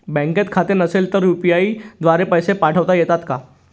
बँकेत खाते नसेल तर यू.पी.आय द्वारे पैसे पाठवता येतात का?